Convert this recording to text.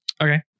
Okay